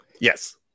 Yes